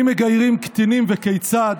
אם מגיירים קטינים וכיצד,